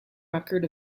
record